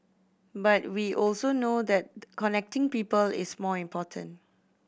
but we also know that connecting people is more important